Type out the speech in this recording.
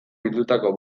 bildutako